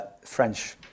French